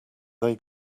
they